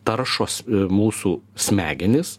taršos mūsų smegenis